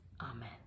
Amen